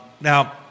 Now